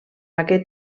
aquest